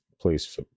please